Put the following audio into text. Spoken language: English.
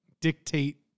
dictate